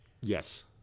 Yes